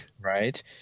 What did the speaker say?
Right